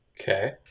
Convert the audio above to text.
okay